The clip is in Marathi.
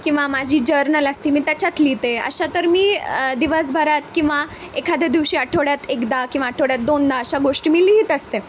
किंवा माझी जर्नल असती मी त्याच्यात लिहिते अशा तर मी दिवसभरात किंवा एखाद्या दिवशी आठवड्यात एकदा किंवा आठवड्यात दोनदा अशा गोष्टी मी लिहीत असते